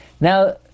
Now